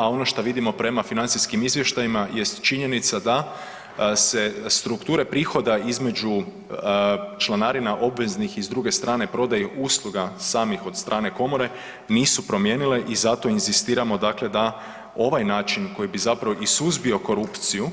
A ono što vidimo prema financijskim izvještajima jest činjenica da se strukture prihoda između članarina obveznih i s druge strane prodaje usluga samih od strane Komore nisu promijenile i zato inzistiramo dakle da ovaj način koji bi zapravo i suzbio korupciju